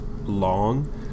long